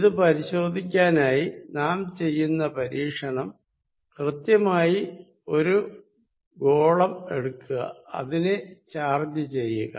ഇത് പരിശോധിക്കാനായി നാം ചെയ്യുന്ന പരീക്ഷണം കൃത്യമായി ഒരു ഗോളം എടുക്കുക അതിനെ ചാർജ് ചെയ്യുക